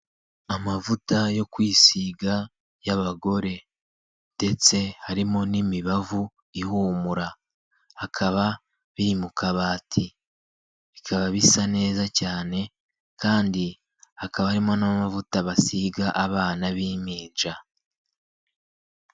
Amavuta yo kwisiga y'abagore ndetse harimo n'imibavu ihumura hakaba biri mu kabati bikaba bisa neza cyane kandi hakaba harimo n'amavuta basiga abana b'impinja.